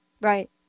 right